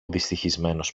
δυστυχισμένος